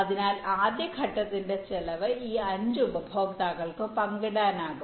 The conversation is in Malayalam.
അതിനാൽ ആദ്യ ഘട്ടത്തിന്റെ ചിലവ് ഈ അഞ്ച് ഉപഭോക്താക്കൾക്ക് പങ്കിടാനാകും